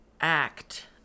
act